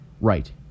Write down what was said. right